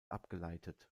abgeleitet